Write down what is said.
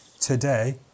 today